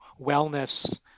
wellness